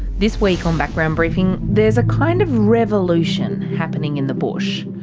this week on background briefing there's a kind of revolution happening in the bush.